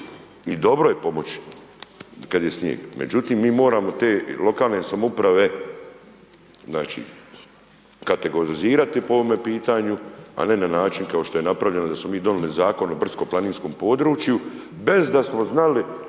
i dobro je pomoći kad je snijeg međutim mi moramo te lokalne samouprave znači kategorizirat po ovome pitanje a ne način kao što je napravljeno da smo mi donijeli Zakon o brdsko-planinskom području bez da smo znali